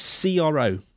CRO